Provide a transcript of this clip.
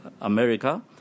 America